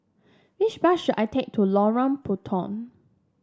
which bus should I take to Lorong Puntong